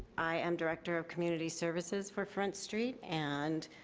i am director of community services for front st. and